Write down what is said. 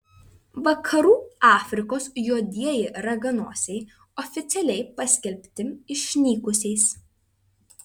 vakarų afrikos juodieji raganosiai oficialiai paskelbti išnykusiais